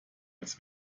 als